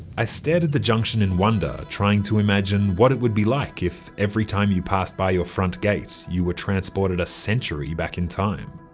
i stared at the junction in wonder, trying to imagine what it would be like if, every time you passed by your front gate, you were transported a century back in time.